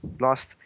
lost